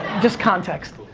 just context.